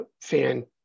fan